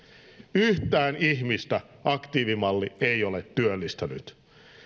yhtään ihmistä aktiivimalli ei ole työllistänyt